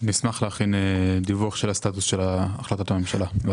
נשמח להכין דיווח של הסטטוס של החלטת הממשלה.